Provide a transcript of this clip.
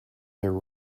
their